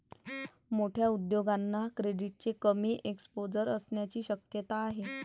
मोठ्या उद्योगांना क्रेडिटचे कमी एक्सपोजर असण्याची शक्यता आहे